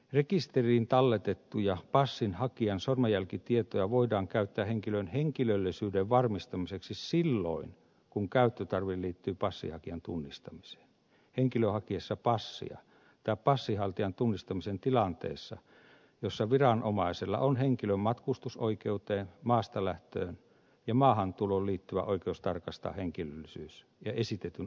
rekisteriin talletettuja passinhakijan sormenjälkitietoja voidaan käyttää henkilön henkilöllisyyden varmistamiseksi silloin kun käyttötarve liittyy passinhakijan tunnistamiseen henkilön hakiessa passia tai passinhaltijan tunnistamiseen tilanteessa jossa viranomaisella on henkilön matkustusoikeuteen maastalähtöön ja maahantuloon liittyvä oikeus tarkastaa henkilöllisyys ja esitetyn asiakirjan aitous